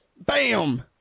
Bam